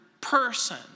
person